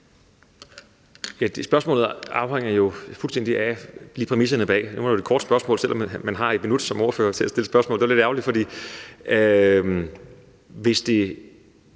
spørgsmålet afhænger jo fuldstændig af præmisserne bag, men det var et kort spørgsmål, selv om man har 1 minut til at stille spørgsmål; så det var lidt ærgerligt. Hvis man